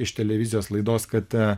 iš televizijos laidos kad